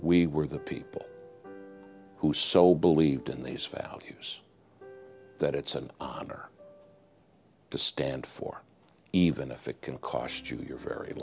we were the people who so believed in these values that it's an honor to stand for even a sick can cost you your very